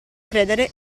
credere